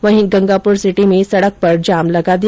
वहीं गंगापुरसिटी में सड़क पर जाम लगा दिया